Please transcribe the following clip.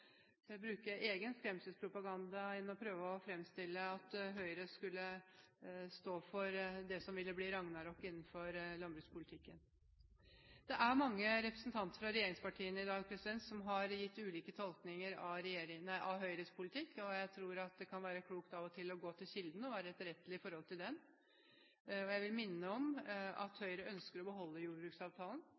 bruke egen skremselspropaganda i stedet for å prøve å fremstille det slik at Høyre står for noe som ville blitt ragnarok i landbrukspolitikken. Det er mange representanter fra regjeringspartiene som i dag har gitt ulike tolkninger av Høyres politikk. Jeg tror det kan være klokt av og til å gå til kilden og være etterrettelig ut fra den. Jeg vil minne om at Høyre ønsker å beholde jordbruksavtalen